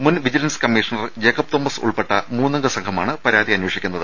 മുൻ vigilance commissioner Jacob Thomas ഉൾപ്പെടെ മൂന്നംഗ സംഘമാണ് പരാതി അന്വേഷിക്കുന്നത്